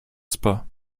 spa